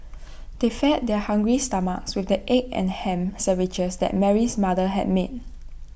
they fed their hungry stomachs with the egg and Ham Sandwiches that Mary's mother had made